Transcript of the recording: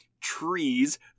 trees